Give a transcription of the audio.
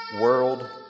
world